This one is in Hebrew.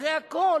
אחרי הכול